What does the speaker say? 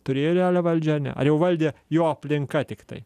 turėjo realią valdžią ar ne ar jau valdė jo aplinka tiktai